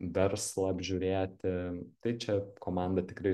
verslą apžiūrėti tai čia komanda tikrai